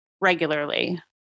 regularly